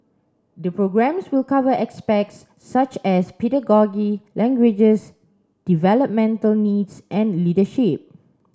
the programmes will cover aspects such as pedagogy languages developmental needs and leadership